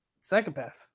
psychopath